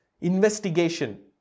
investigation